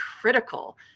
critical